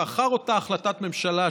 לאחר אותה החלטת ממשלה,